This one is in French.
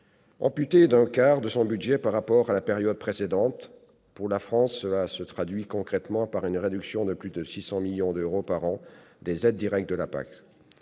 amputé d'un quart de son budget par rapport à la période précédente. Pour la France, cela entraînera concrètement une réduction de plus de 600 millions d'euros par an des aides directes de la PAC.